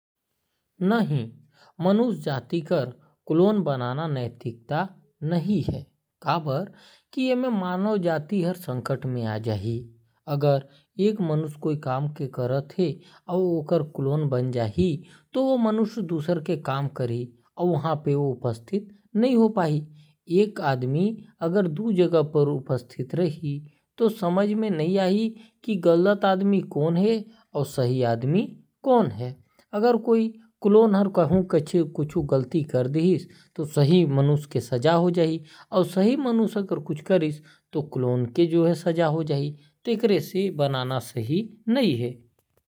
नहीं मानुष जाती के क्लोन बनाना नैतिकता नहीं है। अगर कोई एक मनुष्य कुछ काम करत है तो ओकर क्लोन बनाना उचित नहीं है। एक आदमी के अनुपस्थित पे दुसर आदमी ओकर क्लोन काम कर ही। एक आदमी दु जगह पे उपस्थित रही तो समझ में नहीं आही की सही आदमी कौन है और गलत आदमी कौन है। अगर गलत आदमी कुछ करही तो सही आदमी के सजा हो जाहि और सही आदमी कुछ करही तो गलत आदमी के फायदा हो जाहि।